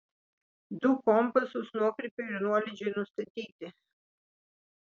du kompasus nuokrypiui ir nuolydžiui nustatyti